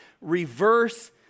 reverse